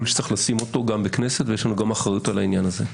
שצריך לשים אותו גם בכנסת ויש לנו גם אחריות על העניין הזה,